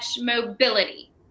mobility